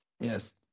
Yes